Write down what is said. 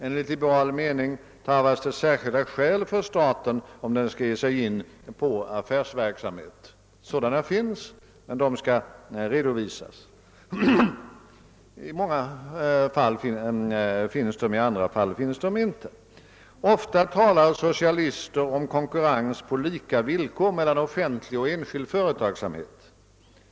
Enligt liberal mening tarvas det särskilda skäl för staten, om den skall ge sig in på affärsverksamhet. Sådana finns i många fall och skall då redovisas, i andra fall saknas de. Ofta talar socialister om konkurrens på lika villkor mellan offentlig och enskild företagsamhet.